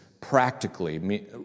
practically